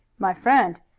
my friend,